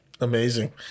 Amazing